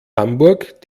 hamburg